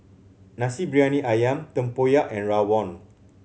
Nasi Briyani Ayam tempoyak and rawon